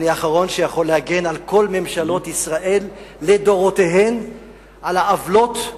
אני האחרון שיכול להגן על כל ממשלות ישראל לדורותיהן על העוולות,